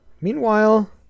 meanwhile